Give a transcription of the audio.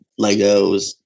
Legos